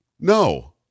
No